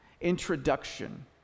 introduction